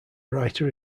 writer